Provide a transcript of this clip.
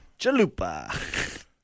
Chalupa